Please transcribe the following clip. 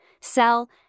sell